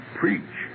preach